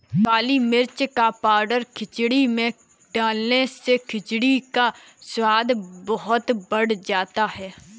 काली मिर्च का पाउडर खिचड़ी में डालने से खिचड़ी का स्वाद बहुत बढ़ जाता है